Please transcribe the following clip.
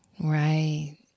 Right